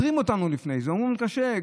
מתרים בנו לפני זה, אומרים לנו: קשה.